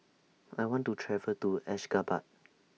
I want to travel to Ashgabat